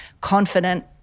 confident